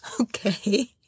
Okay